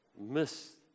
Miss